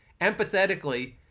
empathetically